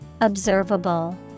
Observable